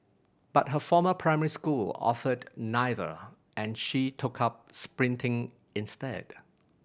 but her former primary school offered neither and she took up sprinting instead